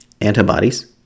antibodies